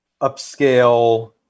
upscale